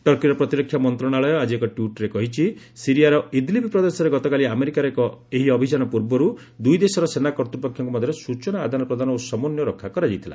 ଟର୍କିର ପ୍ରତିରକ୍ଷା ମନ୍ତ୍ରଣାଳୟ ଆଜି ଏକ ଟ୍ୱିଟ୍ରେ କହିଛି ସିରିଆର ଇଦ୍ଲିବ୍ ପ୍ରଦେଶରେ ଗତକାଲି ଆମେରିକାର ଏହି ଅଭିଯାନ ପୂର୍ବରୁ ଦୁଇ ଦେଶର ସେନା କର୍ତ୍ତ୍ୱପକ୍ଷଙ୍କ ମଧ୍ୟରେ ସୂଚନା ଆଦାନ ପ୍ରଦାନ ଓ ସମନ୍ୱୟ ରକ୍ଷା କରାଯାଇଥିଲା